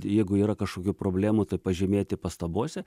jeigu yra kažkokių problemų tai pažymėti pastabose